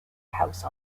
house